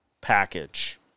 package